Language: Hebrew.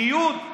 ניוד?